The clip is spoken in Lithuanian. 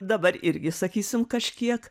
dabar irgi sakysim kažkiek